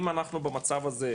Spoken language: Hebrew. אם אנחנו במצב הזה,